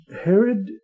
Herod